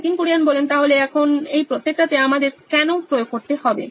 Nitin Kurien C O O নোইন electronics তাহলে এখন এই প্রত্যেকটাতে আমাদের কেনো প্রয়োগ করতে হবে